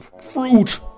Fruit